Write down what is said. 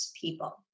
people